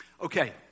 okay